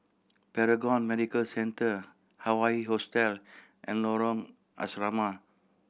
Paragon Medical Centre Hawaii Hostel and Lorong Asrama